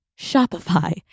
Shopify